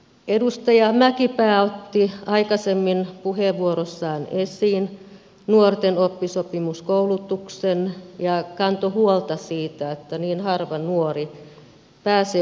edustaja mäkipää otti aikaisemmin puheenvuorossaan esiin nuorten oppisopimuskoulutuksen ja kantoi huolta siitä että niin harva nuori pääsee oppisopimuskoulutuksen piiriin